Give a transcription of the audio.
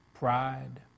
Pride